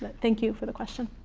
but thank you for the question.